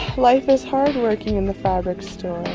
life is hard working in the fabric store